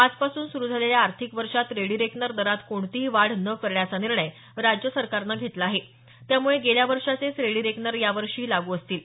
आजपासून सुरू झालेल्या आर्थिक वर्षात रेडीरेकनर दरात कोणतीही वाढ न करण्याचा निर्णय राज्य सरकारनं घेतला आहे त्यामुळे गेल्या वर्षाचेच रेडी रेकनर या वर्षीही लागू असतील